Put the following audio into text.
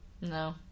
No